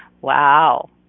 wow